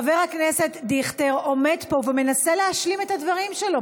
חבר הכנסת דיכטר עומד פה ומנסה להשלים את הדברים שלו.